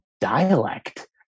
dialect